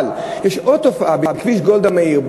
אבל יש עוד תופעה: בכביש גולדה מאיר,